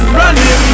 running